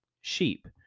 sheep